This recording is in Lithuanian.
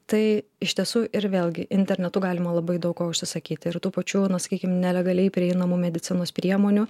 tai iš tiesų ir vėlgi internetu galima labai daug ko užsisakyti ir tų pačių sakykim nelegaliai prieinamų medicinos priemonių